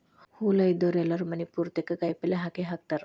ಹೊಲಾ ಇದ್ದಾವ್ರು ಎಲ್ಲಾರೂ ಮನಿ ಪುರ್ತೇಕ ಕಾಯಪಲ್ಯ ಹಾಕೇಹಾಕತಾರ